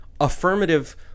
affirmative